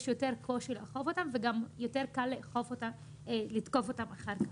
יש יותר קושי לאכוף אותן וגם יותר קל לתקוף אותן לאחר מכן.